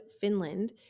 Finland